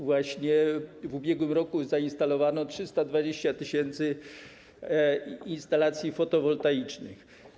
W ubiegłym roku zainstalowano 320 tys. instalacji fotowoltaicznych.